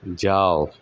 જાવ